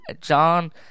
John